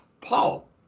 Paul